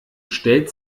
stellt